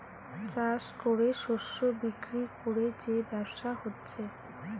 চাষ কোরে শস্য বিক্রি কোরে যে ব্যবসা হচ্ছে